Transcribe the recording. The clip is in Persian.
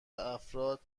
افراد